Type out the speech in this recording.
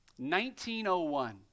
1901